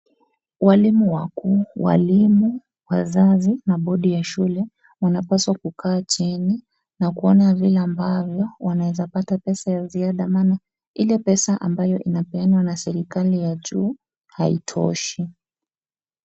Walimu wakuu, walimu, wazazi na bodi ya shule wanapaswa kukaa chini na kuona vile ambavyo wanaweza pata pesa ya ziada, maana ile pesa ambayo inapeanwa na serikali ya juu haitoshi.